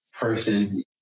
Persons